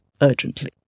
urgently